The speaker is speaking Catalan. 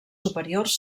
superiors